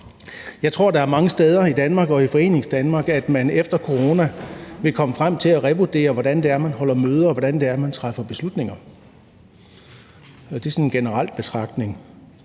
hvor man efter corona vil komme frem til at revurdere, hvordan man holder møder, og hvordan man træffer beslutninger. Det er en sådan generel betragtning.